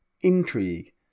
intrigue